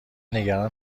نگران